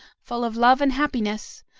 full of love and happiness,